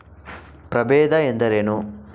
ಪ್ರಭೇದ ಎಂದರೇನು?